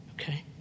okay